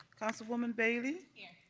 councilwoman bailey. yes.